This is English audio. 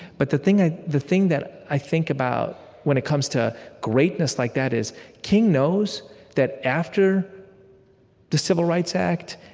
but the thing ah the thing that i think about when it comes to greatness like that is king knows that after the civil rights act,